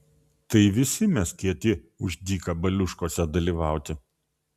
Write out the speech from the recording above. tai visi mes kieti už dyka baliuškose dalyvauti